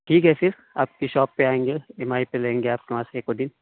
ٹھیک ہے پھر آپ کی شاپ پہ آئیں گے ایم آئی پہ لیں گے آپ کے وہاں سے ایک دِن